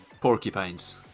porcupines